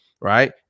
right